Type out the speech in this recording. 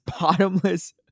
bottomless